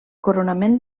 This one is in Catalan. coronament